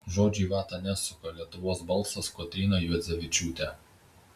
žodžių į vatą nesuka lietuvos balsas kotryna juodzevičiūtė